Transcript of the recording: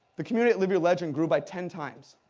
the community at live your legend grew by ten times.